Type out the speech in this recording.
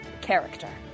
character